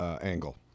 angle